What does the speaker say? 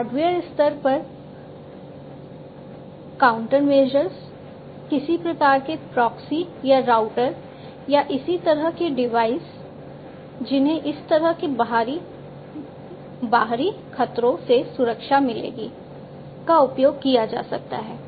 hardware स्तर पर countermeasures किसी प्रकार के प्रॉक्सी या राउटर या इसी तरह के डिवाइस जिन्हें इस तरह के बाहरी खतरों से सुरक्षा मिलेगी का उपयोग किया जा सकता है